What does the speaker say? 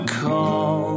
call